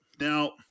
now